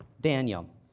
Daniel